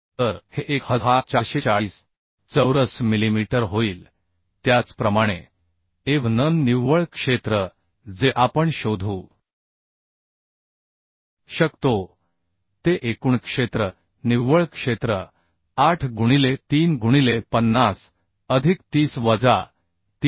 तर हे 1440 चौरस मिलीमीटर होईल त्याचप्रमाणे a v n निव्वळ क्षेत्र जे आपण शोधू शकतो ते एकूण क्षेत्र निव्वळ क्षेत्र 8 गुणिले 3 गुणिले 50 अधिक 30 वजा 3